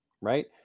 right